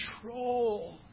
control